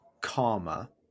karma